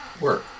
work